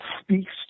speaks